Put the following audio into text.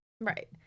Right